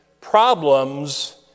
problems